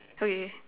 okay